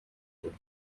بود